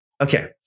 Okay